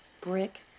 brick